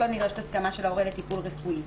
לא נדרשת הסכמה של ההורה לטיפול רפואי.